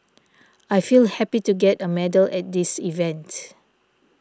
I feel happy to get a medal at this event